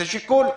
זה שיקול.